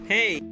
Hey